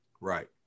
Right